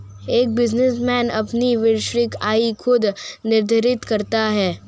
एक बिजनेसमैन अपनी वार्षिक आय खुद निर्धारित करता है